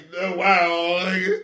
wow